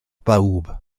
bawb